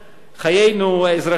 חיינו האזרחיים,